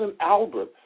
Albert